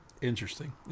interesting